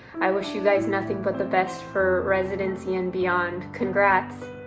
i wish you guys nothing but the best for residency and beyond. congrats.